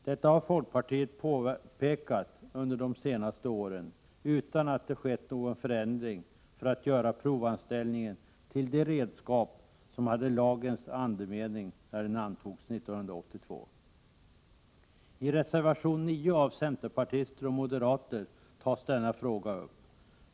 Detta har folkpartiet påpekat under de senaste åren utan att det har skett någon förändring för att göra provanställningen till det redskap som lagens andemening innebar när den antogs 1982. I reservation 9 av centerpartister och moderater tas denna fråga upp.